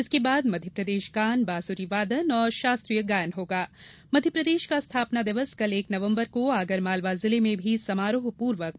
इसके बाद मध्यप्रदेश गान बांसुरी वादन और शास्त्रीय गायन मध्यप्रदेष का स्थापना दिवस कल एक नवम्बर को आगरमालवा जिले में भी समारोह पूर्वक होगा